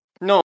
No